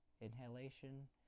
inhalation